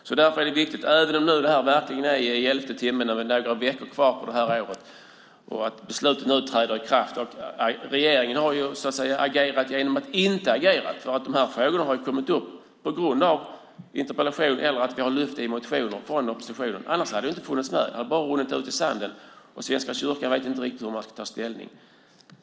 Även om detta nu behandlas i elfte timmen och det bara är några veckor kvar på året är det viktigt att besluten träder i kraft. Regeringen har agerat genom att så att säga inte agera. Dessa frågor har ju kommit upp i form av interpellationer och genom att vi från oppositionen lyft upp dem i motioner. I annat fall hade de inte funnits med utan runnit ut i sanden. Svenska kyrkan vet inte riktigt hur den ska ta ställning.